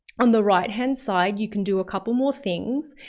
on the right-hand side, you can do a couple more things.